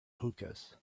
hookahs